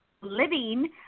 Living